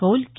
कौल के